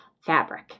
fabric